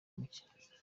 mucye